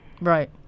Right